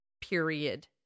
Period